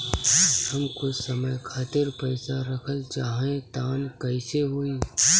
हम कुछ समय खातिर पईसा रखल चाह तानि कइसे होई?